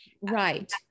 right